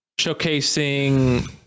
showcasing